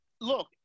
Look